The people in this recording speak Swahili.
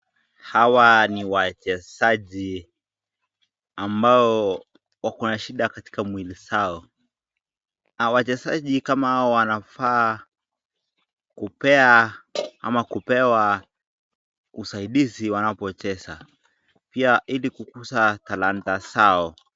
Hawa ni wachezaji ambao wako na shida katika mwili zao. Wachezaji kama hawa wanafaa kupea ama kupewa usaidizi wanapocheza pia ili kukuza talanta zao.